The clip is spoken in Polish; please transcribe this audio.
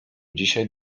dzisiaj